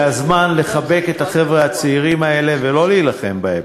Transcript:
הרסתם את הכלכלה, ואתם הורסים גם את החברה בארץ.